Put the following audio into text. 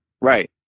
Right